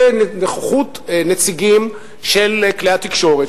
בנוכחות נציגים של כלי התקשורת,